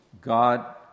God